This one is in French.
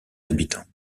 habitants